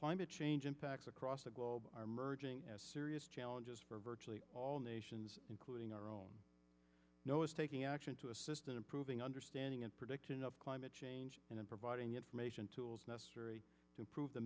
climate change impacts across the globe are emerging serious challenges for virtually all nations including our own no is taking action to assist in improving understanding and prediction of climate change and providing information tools necessary to improve the